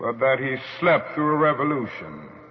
that he slept through a revolution.